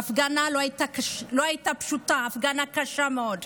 ההפגנה לא הייתה פשוטה, הפגנה קשה מאוד.